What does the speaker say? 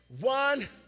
one